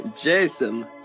Jason